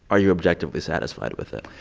are you objectively satisfied with it?